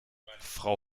frau